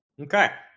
Okay